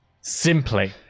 Simply